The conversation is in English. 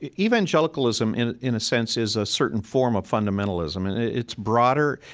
evangelicalism, in in a sense, is a certain form of fundamentalism. and it's broader,